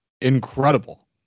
incredible